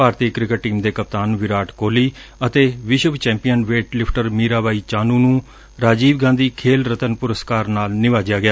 ਭਾਰਤੀ cricket team ਦੇ ਕਪਤਾਨ ਵਿਰਾਟ ਕੋਹਲੀ ਅਤੇ ਵਿਸ਼ਵ ਚੈਂਪੀਅਨ ਵੇਟਲਿਫਟਰ ਮੀਰਾਬਾਈ ਚਾਨੂੰ ਨੂੰ ਰਾਜੀਵ ਗਾਂਧੀ ਖੇਲ ਰਤਨ ਪੁਰਸਕਾਰ ਨਾਲ ਨਿਵਾਜਿਆ ਗਿਆ